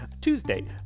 Tuesday